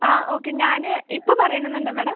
ആ ഓക്കെ ഞാൻ ഇപ്പോൾ പറയണം എന്ന് ഉണ്ടോ മാഡം